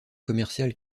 commercial